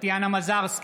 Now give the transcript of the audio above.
טטיאנה מזרסקי,